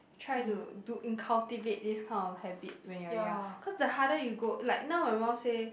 try to to in~ cultivate this kind of habit when you are young cause the harder you go like now my mum say